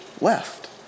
left